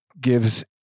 gives